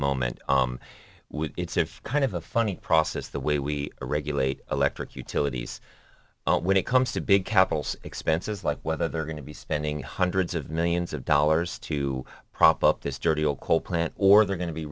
moment it's of kind of a funny process the way we regulate electric utilities when it comes to big capital expenses like whether they're going to be spending hundreds of millions of dollars to prop up this dirty old coal plant or they're going to be